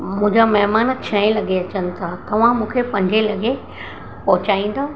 मुंहिंजा महिमान छह लॻे अचनि था तव्हां मूंखे पंजे लॻे पहुचाईंदव